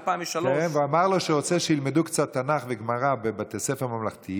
2003. והוא אמר לו שהוא רוצה שילמדו קצת תנ"ך וגמרא בבתי ספר ממלכתיים,